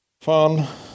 Fun